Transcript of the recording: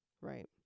Right